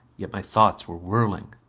yet my thoughts were whirling.